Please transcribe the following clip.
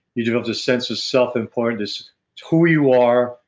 you developed this sense of self-importance. it's who you are.